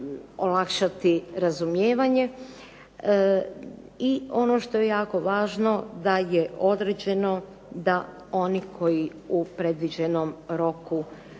olakšati razumijevanje. I ono što je jako važno da je određeno da oni koji u predviđenom roku